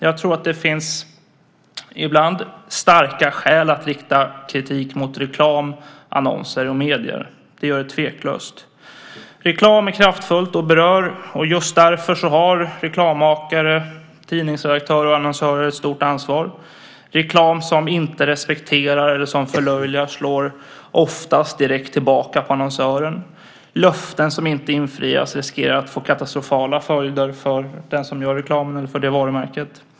Jag tror att det ibland finns starka skäl att rikta kritik mot reklam, annonser och medier. Det gör det tveklöst. Reklam är kraftfullt och berör. Just därför har reklammakare, tidningsredaktörer och annonsörer ett stort ansvar. Reklam som inte respekterar eller som förlöjligar slår oftast direkt tillbaka på annonsören. Löften som inte infrias riskerar att få katastrofala följder för den som gör reklamen eller för varumärket.